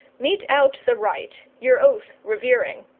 mete out the right, your oath revering.